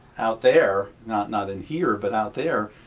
out there not not in here but out there.